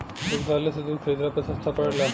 दुग्धालय से दूध खरीदला पर सस्ता पड़ेला?